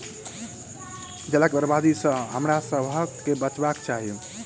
जलक बर्बादी सॅ हमरासभ के बचबाक चाही